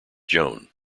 joan